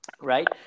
Right